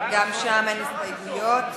שם אין הסתייגויות.